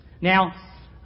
Now